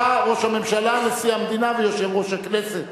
אתה, ראש הממשלה, נשיא המדינה ויושב-ראש הכנסת.